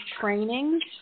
trainings